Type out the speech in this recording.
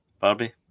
Barbie